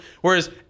Whereas